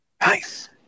nice